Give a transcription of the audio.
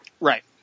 Right